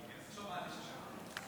שלוש דקות.